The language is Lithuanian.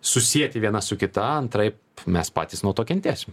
susieti viena su kita antraip mes patys nuo to kentėsim